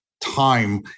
time